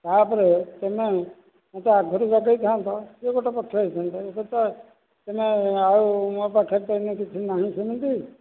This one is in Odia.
ତା'ପରେ ତୁମେ ମୋତେ ଆଗରୁ ଜଣାଇ ଥାଆନ୍ତ ସେ ଗୋଟିଏ କଥା ହୋଇଥାନ୍ତା ଏବେ ତ ତୁମେ ଆଉ ମୋ ପାଖରେ ତ ଏଇନେ କିଛି ନାହିଁ ସେମିତି